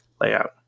layout